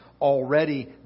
already